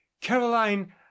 caroline